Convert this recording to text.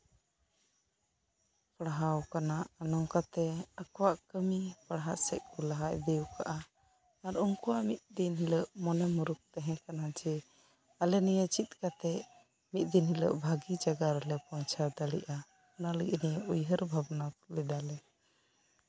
ᱯᱟᱲᱦᱟᱣ ᱠᱟᱱᱟ ᱱᱚᱝᱠᱟ ᱛᱮ ᱟᱠᱚᱣᱟᱜ ᱠᱟᱹᱢᱤ ᱯᱟᱲᱦᱟᱜ ᱥᱮᱡ ᱠᱚ ᱞᱟᱦᱟ ᱤᱫᱤᱣᱟᱠᱟᱜᱼᱟ ᱟᱨ ᱩᱱᱠᱩᱣᱟᱜ ᱢᱤᱫ ᱫᱤᱱ ᱦᱤᱞᱳᱜ ᱢᱚᱱᱮ ᱢᱩᱨᱩᱠᱷ ᱛᱟᱦᱮᱸ ᱠᱟᱱᱟ ᱡᱮ ᱟᱞᱮ ᱱᱤᱭᱟᱹ ᱪᱮᱫ ᱠᱟᱛᱮ ᱢᱤᱫ ᱫᱤᱱ ᱦᱤᱞᱳᱜ ᱵᱷᱟᱹᱜᱤ ᱡᱟᱭᱜᱟ ᱨᱮᱞᱮ ᱯᱳᱸᱣᱪᱷᱟ ᱫᱟᱲᱮᱭᱟᱜᱼᱟ ᱚᱱᱟ ᱞᱟᱰᱜᱤᱫ ᱩᱭᱦᱟᱹᱨ ᱵᱷᱟᱵᱱᱟ ᱞᱮᱫᱟ ᱞᱮ